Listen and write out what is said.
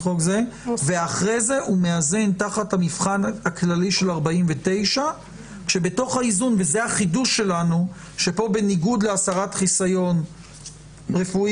ואחרי זה הוא מאזן תחת המבחן הכללי של 49. בניגוד להסרת חיסיון רפואי,